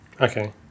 Okay